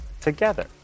together